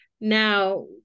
now